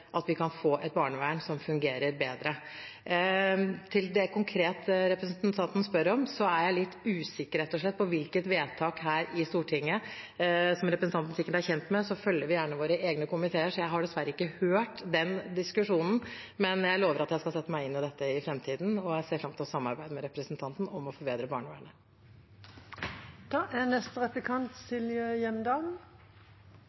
at vi kan få et barnevern som fungerer bedre. Til det representanten spør om konkret, er jeg rett og slett litt usikker på hvilket vedtak det er her i Stortinget. Som representanten sikkert er kjent med, følger vi gjerne våre egne komiteer, så jeg har dessverre ikke hørt den diskusjonen, men jeg lover at jeg skal sette meg inn i dette i framtiden, og jeg ser fram til å samarbeide med representanten om å forbedre barnevernet. Jeg synes det er